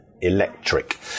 electric